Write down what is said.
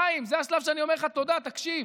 חיים, זה השלב שאני אומר לך תודה, תקשיב,